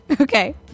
Okay